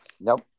Nope